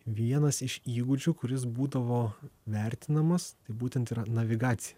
vienas iš įgūdžių kuris būdavo vertinamas būtent yra navigacija